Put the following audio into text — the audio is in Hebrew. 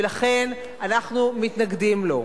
ולכן אנחנו מתנגדים לו,